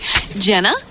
jenna